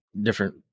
different